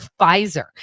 Pfizer